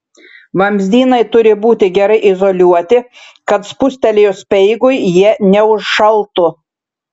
vamzdynai turi būti gerai izoliuoti kad spustelėjus speigui jie neužšaltų